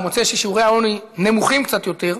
ומוצא ששיעורי העוני נמוכים קצת יותר,